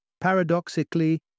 paradoxically